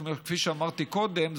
כפי שאמרתי קודם,